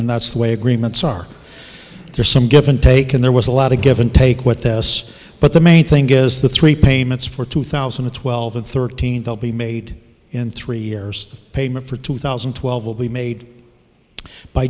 and that's the way agreements are there's some give and take in there was a lot of give and take what this but the main thing is the three payments for two thousand and twelve and thirteen they'll be made in three years the payment for two thousand and twelve will be made by